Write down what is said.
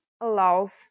allows